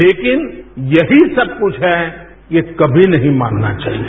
लेकिन यही सब कुछ है ये कभी नहीं मानना चाहिए